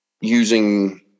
using